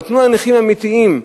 אבל תנו לנכים אמיתיים,